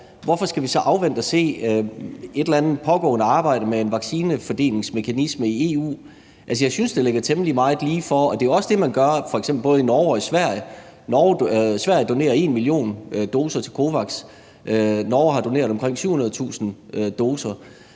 Hvorfor skal vi så afvente at se et eller andet pågående arbejde med en vaccinefordelingsmekanisme i EU? Altså, jeg synes, det ligger temmelig meget lige for, og det er jo også det, man gør i f.eks. både Norge og Sverige. Sverige donerer 1 million doser til COVAX, og Norge har doneret omkring 700.000 doser.